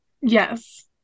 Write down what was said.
Yes